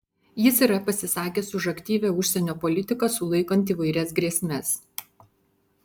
jis yra pasisakęs už aktyvią užsienio politiką sulaikant įvairias grėsmes